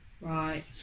Right